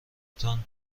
تان